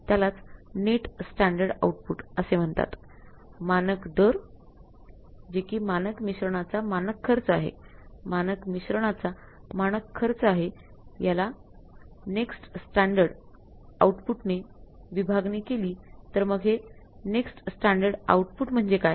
यालाच प्रमाण दर जे कि मानक मिश्रणाचा मानक खर्च आहे मानक मिश्रणाचा मानक खर्च आहे याला नेक्स्ट स्टॅण्डर्ड आउटपुटने विभागणी केली तर मग हे नेक्स्ट स्टॅण्डर्ड आउटपुट म्हणजे काय